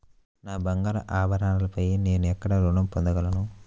నా బంగారు ఆభరణాలపై నేను ఎక్కడ రుణం పొందగలను?